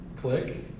click